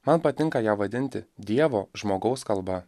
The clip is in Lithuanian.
man patinka ją vadinti dievo žmogaus kalba